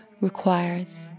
requires